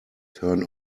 turn